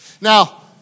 Now